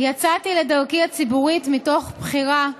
יצאתי לדרכי הציבורית מתוך בחירה,